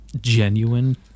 genuine